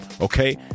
okay